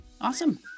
awesome